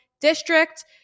district